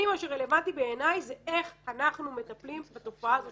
מה שרלוונטי בעיניי זה איך אנחנו מטפלים בתופעה הזאת